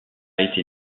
été